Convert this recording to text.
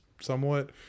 somewhat